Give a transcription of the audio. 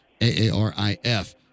A-A-R-I-F